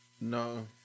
No